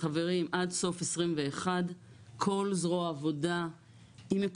'חברים עד סוף 2021 כל זרוע העבודה מקוונת'.